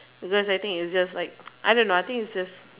because it just like I don't know I think is just